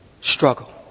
Struggle